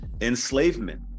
enslavement